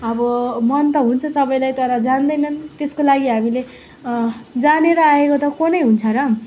अब मन त हुन्छ सबैलाई तर जान्दैनन् त्यसको लागि हामीले जानेर आएको त को नै हुन्छ र